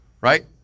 right